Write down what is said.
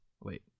Wait